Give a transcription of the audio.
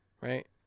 right